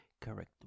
Correct